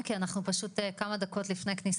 המטרה הייתה לכתוב את מה שאנחנו יודעים כתורה שבעל פה,